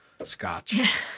Scotch